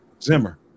Zimmer